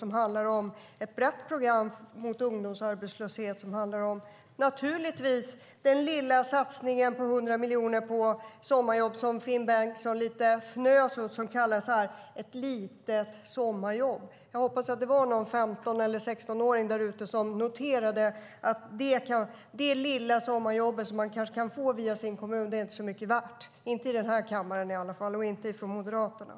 Det handlar om ett brett program mot ungdomsarbetslöshet och naturligtvis om den lilla satsningen på 100 miljoner på sommarjobb som Finn Bengtsson fnös lite åt och kallade "ett litet sommarjobb". Jag hoppas att det var någon 15 eller 16-åring där ute som noterade att det lilla sommarjobbet som man kanske kan få via sin kommun inte är så mycket värt, i alla fall inte i den här kammaren och inte för Moderaterna.